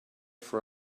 for